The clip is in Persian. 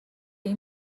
این